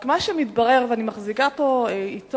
רק מה שמתברר, ואני מחזיקה פה עיתון